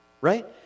right